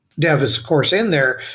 dev is of course in there,